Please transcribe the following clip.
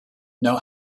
know